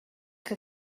que